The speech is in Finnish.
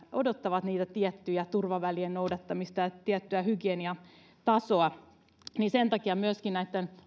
odottavat niiden tiettyjen turvavälien noudattamista ja tiettyä hygieniatasoa sen takia myöskin näitten